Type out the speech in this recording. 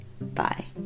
Bye